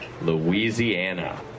louisiana